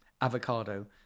avocado